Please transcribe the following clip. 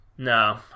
no